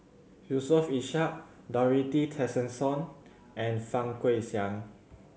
Yusof Ishak Dorothy Tessensohn and Fang Guixiang